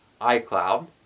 iCloud